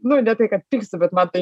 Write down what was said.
nu ne tai kad pyksiu bet man tai